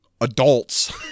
adults